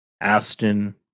Aston